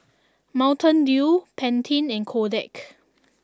Mountain Dew Pantene and Kodak